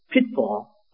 pitfall